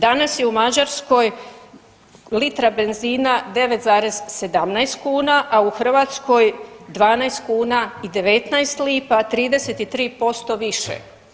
Danas je u Mađarskoj litra benzina 9,17 kuna, a u Hrvatskoj 12 kuna i 19 lipa, a 33% više.